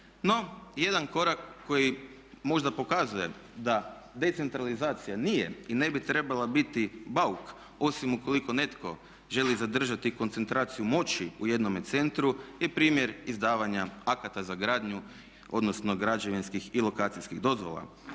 jedan korak koji možda pokazuje da decentralizacija nije i ne bi trebala biti bauk osim ukoliko netko želi zadržati koncentraciju moći u jednome centru je primjer izdavanja akata za gradnju odnosno građevinskih i lokacijskih dozvola.